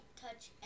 Touch